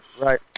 right